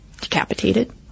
decapitated